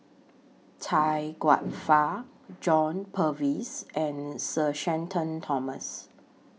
Chia Kwek Fah John Purvis and Sir Shenton Thomas